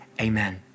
Amen